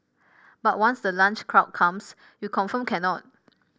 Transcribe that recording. but once the lunch crowd comes you confirmed cannot